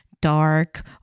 dark